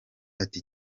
ati